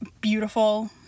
beautiful